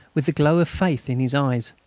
with the glow of faith in his eyes.